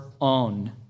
own